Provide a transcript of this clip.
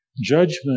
Judgment